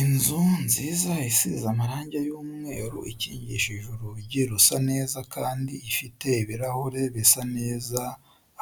Inzu nziza isize amarange y'umweru ikingishije urugi rusa neza kandi ifite ibirahure bisa neza,